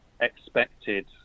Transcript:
expected